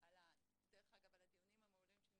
ככל שהמהות ברורה ויש